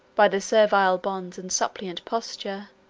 by their servile bonds and suppliant posture,